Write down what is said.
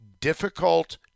Difficult